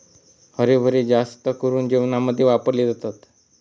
हरभरे जास्त करून जेवणामध्ये वापरले जातात